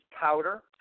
powder